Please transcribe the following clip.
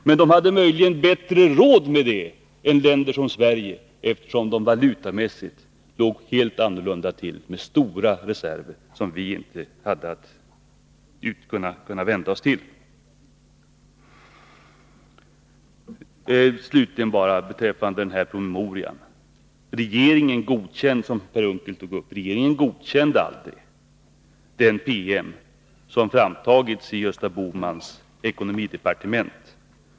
Men de hade möjligen bättre råd med det än länder som Sverige, eftersom de valutamässigt låg helt annorlunda till; de hade stora reserver, vilket vi inte hade tillgång till. Slutligen bara några ord beträffande den promemoria som Per Unckel tog upp. Regeringen godkände aldrig den PM som framtagits i Gösta Bohmans ekonomidepartement.